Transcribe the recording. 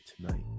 tonight